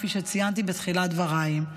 כפי שציינתי בתחילת דבריי.